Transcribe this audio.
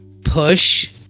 push